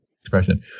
expression